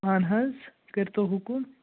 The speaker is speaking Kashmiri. اہَن حظ کٔرۍتَو حُکُم